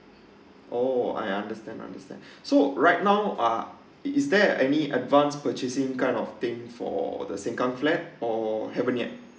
oh I understand understand so right now uh is there any advance purchasing kind of thing for the sengkang flat or haven't yet